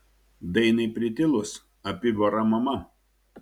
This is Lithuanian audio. dainai pritilus apibara mama